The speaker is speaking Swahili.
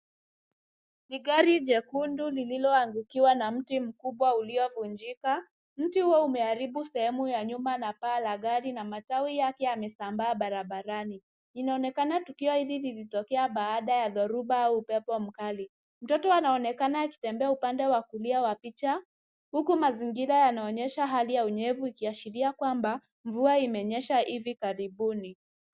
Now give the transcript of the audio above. Ni gari jekundu lililoangukiwa na mti mkubwa uliovunjika. Mti huo umeharibu sehemu ya nyuma na paa la gari na matawi yake yamesambaa barabarani. Inaonekana tukio hili lilitokea baada ya dhoruba au upepo mkali. Mtoto anaonekana akitembea upande wa kulia wa picha, huku mazingira yanaonyesha hali ya unyevu ikiashiria kwamba mvua imenyesha hivi karibuni.